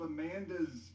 Amanda's